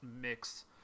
mix